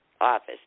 office